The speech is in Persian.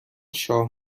شاه